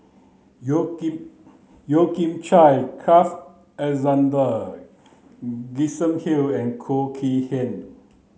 Yeo Kian Yeo Kian Chye Carl Alexander Gibson Hill and Khoo Kay Hian